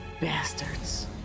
Bastards